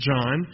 John